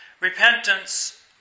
Repentance